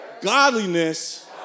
godliness